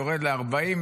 יורד ל-40,